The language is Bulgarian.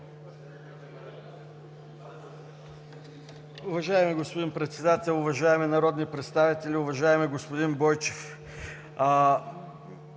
Уважаеми господин Председател, уважаеми народни представители! Уважаеми господин Бойчев,